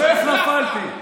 --- איך נפלתי?